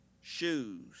shoes